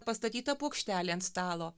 pastatyta puokštelė ant stalo